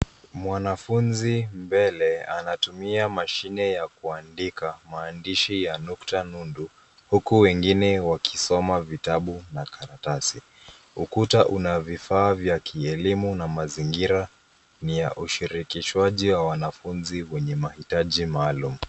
Mwanafunzi mbele anatumia mashine ya kuandika maandishi ya nukta nundu huku wengine wakisoma vitabu na karatasi. Ukuta una vifaa vya kielimu na mazingira ni ya ushirikishwaji wa wanafunzi wenye mahitaji maalum.